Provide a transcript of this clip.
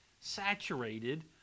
saturated